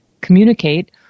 communicate